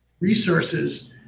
resources